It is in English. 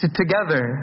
together